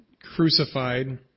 crucified